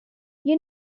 you